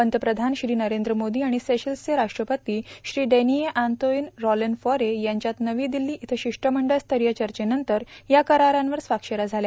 पंतप्रधान श्री नरेंद्र मोदी आणि सेशल्सचे राष्ट्रपती Shri Danny Antoine Rollet Faure यांच्यात नवी दिल्ली इथं शिष्टमंडळ स्तरीय चर्चेनंतर या करारांवर स्वाक्षऱ्या झाल्या